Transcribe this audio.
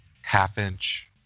half-inch